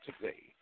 today